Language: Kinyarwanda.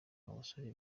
abasore